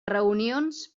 reunions